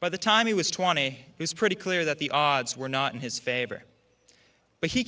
by the time he was twenty he was pretty clear that the odds were not in his favor but he